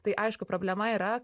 tai aišku problema yra